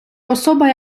особа